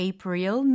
April